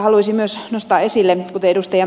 haluaisin myös nostaa esille sen kuten ed